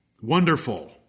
Wonderful